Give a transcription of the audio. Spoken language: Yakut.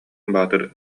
баатыр